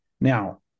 Now